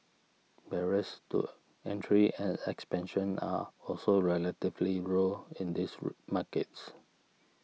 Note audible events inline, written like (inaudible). barriers to entry and expansion are also relatively row in these (unintelligible) markets